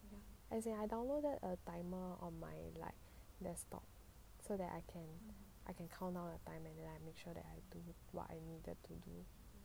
as in I downloaded a timer on my like desktop so that I can countdown the time and make sure that I do what I needed to do